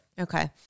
Okay